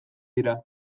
dira